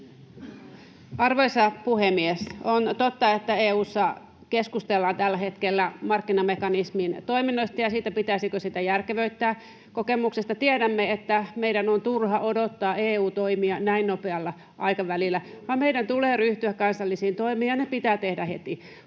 Arvoisa puhemies! On totta, että EU:ssa keskustellaan tällä hetkellä markkinamekanismin toiminnoista ja siitä, pitäisikö sitä järkevöittää. Kokemuksesta tiedämme, että meidän on turha odottaa EU-toimia näin nopealla aikavälillä, vaan meidän tulee ryhtyä kansallisiin toimiin ja ne pitää tehdä heti.